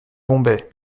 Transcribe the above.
bombay